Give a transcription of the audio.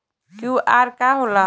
QR का होला?